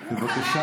קלגס.